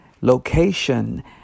location